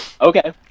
okay